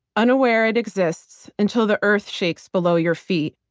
unaware it exists until the earth shakes below your feet.